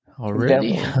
Already